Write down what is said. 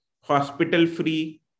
hospital-free